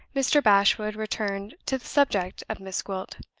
mr. bashwood returned to the subject of miss gwilt.